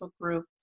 group